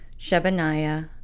Shebaniah